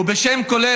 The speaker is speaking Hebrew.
ובשם כולל,